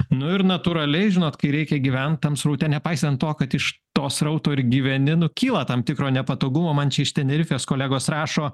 nu ir natūraliai žinot kai reikia gyvent tam sraute nepaisant to kad iš to srauto ir gyveni nu kyla tam tikro nepatogumo man čia iš tenerifės kolegos rašo